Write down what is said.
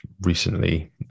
recently